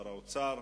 שר האוצר.